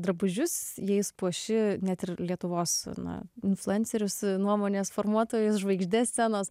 drabužius jais puoši net ir lietuvos na influencerius nuomonės formuotojus žvaigždes scenos